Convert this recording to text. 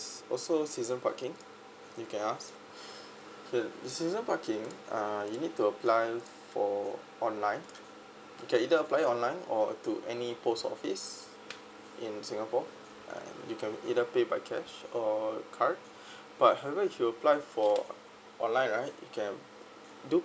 also season parking you can ask okay the season parking uh you need to apply for online okay either apply online or to any post office in singapore uh you can either pay by cash or card but however if you apply for online right you can do